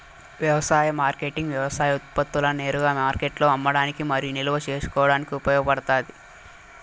వ్యవసాయ మార్కెటింగ్ వ్యవసాయ ఉత్పత్తులను నేరుగా మార్కెట్లో అమ్మడానికి మరియు నిల్వ చేసుకోవడానికి ఉపయోగపడుతాది